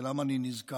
ולמה אני נזקק